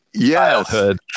childhood